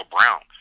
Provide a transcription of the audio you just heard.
Brown